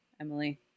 Emily